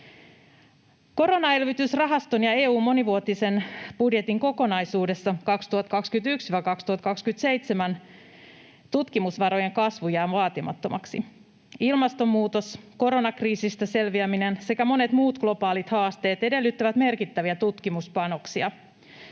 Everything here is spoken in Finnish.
Koronaelvytysrahaston ja EU:n monivuotisen budjetin kokonaisuudessa 2021—2027 tutkimusvarojen kasvu jää vaatimattomaksi. Ilmastonmuutos, koronakriisistä selviäminen sekä monet muut globaalit haasteet edellyttävät merkittäviä tutkimuspanoksia.